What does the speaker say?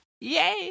yay